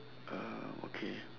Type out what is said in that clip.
uh okay